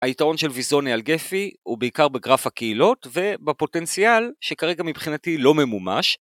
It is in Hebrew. היתרון של ויזוני על גפי הוא בעיקר בגרף הקהילות ובפוטנציאל שכרגע מבחינתי לא ממומש